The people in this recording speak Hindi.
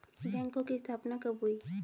बैंकों की स्थापना कब हुई?